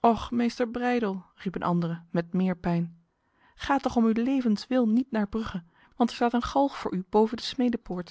och meester breydel riep een andere met meer pijn ga toch om uw levens wil niet naar brugge want er staat een galg voor u boven de